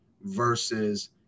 versus